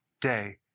day